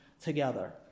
together